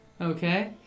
Okay